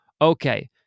Okay